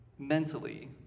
mentally